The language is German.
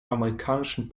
amerikanischen